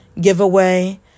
giveaway